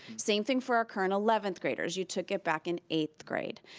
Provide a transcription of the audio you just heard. same thing for our current eleventh graders, you took it back in eighth grade.